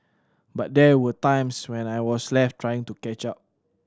but there were times when I was left trying to catch up